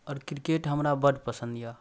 आओर किरकेट हमरा बड़ पसन्द अइ